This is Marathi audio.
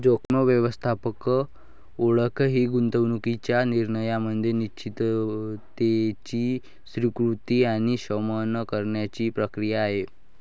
जोखीम व्यवस्थापन ओळख ही गुंतवणूकीच्या निर्णयामध्ये अनिश्चिततेची स्वीकृती किंवा शमन करण्याची प्रक्रिया आहे